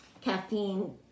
caffeine